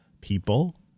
people